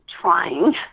trying